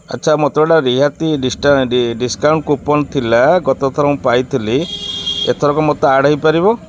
ଆଚ୍ଛା ମୋତେ ଗୋଟେ ରିହାତି ଡିଷ୍ଟାଣ୍ଟ ଡିସକାଉଣ୍ଟ କୁପନ୍ ଥିଲା ଗତଥର ମୁଁ ପାଇଥିଲି ଏଥରକ ମୋତେ ଆଡ଼ ହେଇପାରିବ